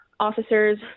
officers